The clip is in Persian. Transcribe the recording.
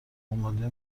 آماده